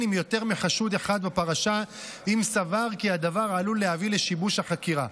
עם יותר מחשוד אחד בפרשה אם סבר כי הדבר עלול להביא לשיבוש החקירה.